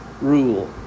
rule